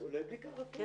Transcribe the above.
כולל בדיקה רפואית.